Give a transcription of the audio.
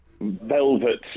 velvet